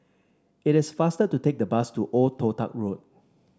it is faster to take the bus to Old Toh Tuck Road